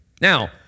now